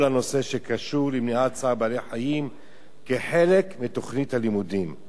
הנושא שקשור למניעת צער בעלי-חיים כחלק מתוכנית הלימודים.